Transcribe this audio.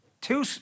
two